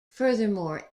furthermore